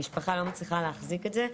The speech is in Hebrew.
המשפחה לא מצליחה להחזיק את זה,